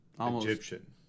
Egyptian